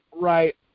right